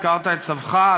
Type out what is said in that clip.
הזכרת את סבך,